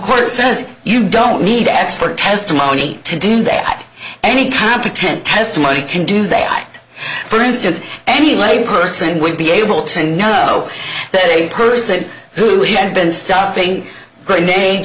course says you don't need expert testimony to do that any competent testimony can do that i for instance any lay person would be able to know that a person who had been stuffing gre